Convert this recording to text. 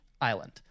island